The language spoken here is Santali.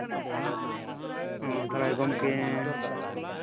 ᱚ ᱛᱟᱦᱞᱮ ᱜᱚᱝᱠᱮ